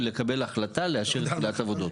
ולקבל החלטה לאשר תחילת עבודות.